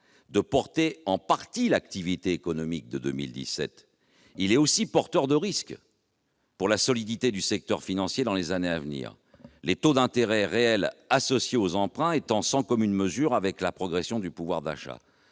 de porter une partie de l'activité économique en 2017, est aussi porteur de risques pour la solidité du secteur financier dans les années à venir. En effet, les taux d'intérêt réels associés aux emprunts sont sans commune mesure avec la progression du pouvoir d'achat.